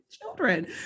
Children